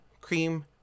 cream